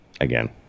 again